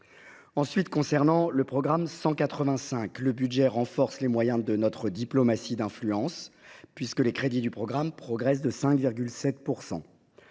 inflation. Concernant le programme 185, le budget 2024 consolide les moyens de la diplomatie d’influence, puisque les crédits du programme progressent de 5,7 %.